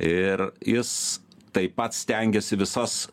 ir jis taip pat stengiasi visas